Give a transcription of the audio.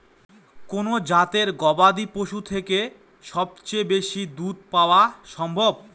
কোন জাতের গবাদী পশু থেকে সবচেয়ে বেশি দুধ পাওয়া সম্ভব?